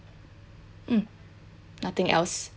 mm nothing else